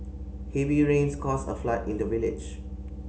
heavy rains caused a flood in the village